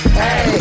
hey